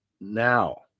now